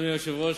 אדוני היושב-ראש,